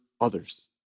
others